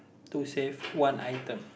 to save one item